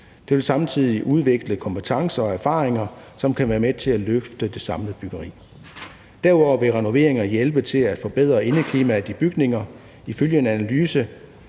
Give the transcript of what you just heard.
Det vil samtidig udvikle kompetencer og erfaringer, som kan være med til at løfte det samlede byggeri. Derudover vil renoveringer hjælpe til at forbedre indeklimaet i bygninger. Ifølge en analyse